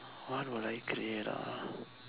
what will I create ah